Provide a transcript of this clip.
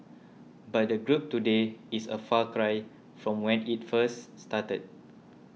but the group today is a far cry from when it first started